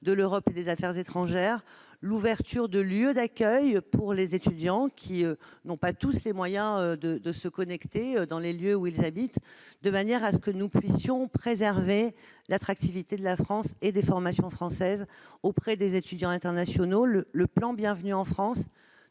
de l'Europe et des affaires étrangères, afin d'ouvrir des lieux d'accueil pour les étudiants qui n'ont pas tous les moyens de se connecter là où ils habitent. Ainsi, nous cherchons à préserver l'attractivité de la France et des formations françaises auprès des étudiants internationaux. Le plan Bienvenue en France